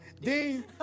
Dean